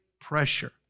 pressure